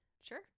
Sure